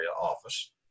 office